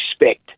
respect